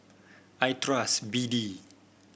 I trust B D